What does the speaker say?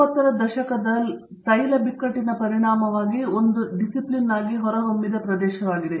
70 ರ ದಶಕದ ತೈಲ ಬಿಕ್ಕಟ್ಟಿನ ಪರಿಣಾಮವಾಗಿ ಒಂದು ಶಿಸ್ತು ಆಗಿ ಹೊರಹೊಮ್ಮಿದ ಪ್ರದೇಶವಾಗಿದೆ